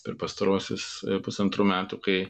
per pastaruosius pusantrų metų kai